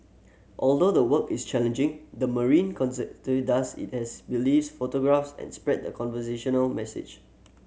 although the work is challenging the marine does it as believes photographs and spread the conservational message